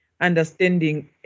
understanding